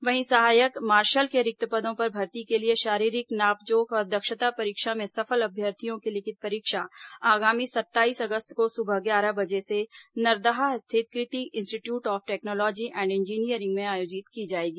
वहीं सहायक मार्शल के रिक्त पदों पर भर्ती के लिए शारीरिक नापजोख और दक्षता परीक्षा में सफल अभ्यर्थियों की लिखित परीक्षा आगामी सत्ताईस अगस्त को सुबह ग्यारह बजे से नरदहा स्थित Kriti institute of technology and engineering में आयोजित की जाएगी